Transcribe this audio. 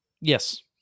Yes